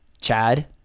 Chad